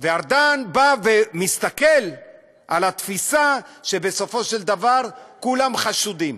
וארדן מסתכל על התפיסה שבסופו של דבר כולם חשודים.